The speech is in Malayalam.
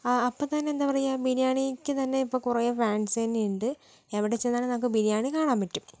ആ അപ്പോൾ തന്നെ എന്താണ് പറയുക ബിരിയാണിക്ക് തന്നെ ഇപ്പം കുറേ ഫാൻസ് തന്നെയുണ്ട് എവിടെച്ചെന്നാലും നമുക്ക് ബിരിയാണി കാണാൻ പറ്റും